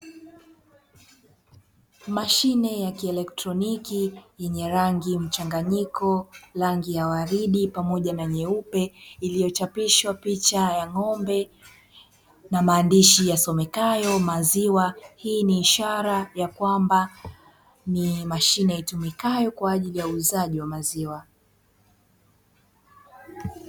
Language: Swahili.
Mashine ya kielektroniki yenye rangi mchanganyiko; rangi ya waridi pamoja na nyeupe, iliyochapishwa picha ya ng'ombe na maandishi yasomekayo "maziwa". Hii ni ishara ya kwamba ni mashine itumakayo kwa ajili ya uuzaji wa maziwa.